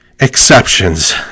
exceptions